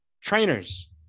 Trainers